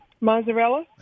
mozzarella